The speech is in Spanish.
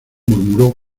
murmuró